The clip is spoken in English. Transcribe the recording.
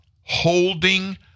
holding